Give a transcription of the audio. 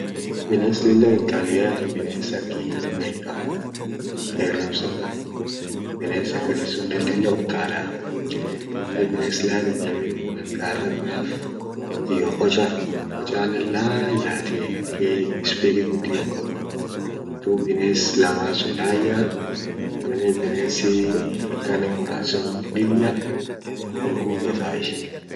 Bines lilla utal yani bines akii neqqafa. qerams fa bines akaasi sunen lilla utaala. aminen bines laan ijemine gararraf iyo qocha qochanen laan yatii akii spidi gudio hinqabdu. duub bines laman sun laan yaa amine binesii lilla ol gugetaa ishin.